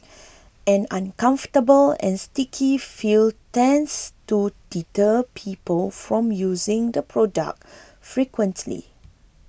an uncomfortable and sticky feel tends to deter people from using the product frequently